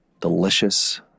delicious